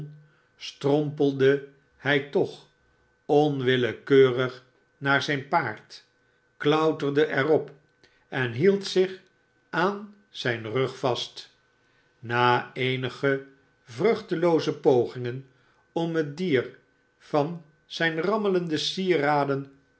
strompelde hij toch onwillekeurig naar zijn paard klouterde er op en hield zich aan zijn rug vast na eenige vruchtelooze pogingen om het dier van zijne rammelende sieraden